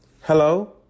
Hello